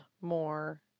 more